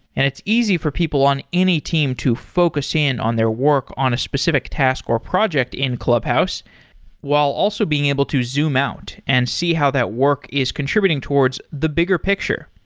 and it's easy for people on any team to focus in on their work on a specific task or a project in clubhouse while also being able to zoom out and see how that work is contributing towards the bigger picture.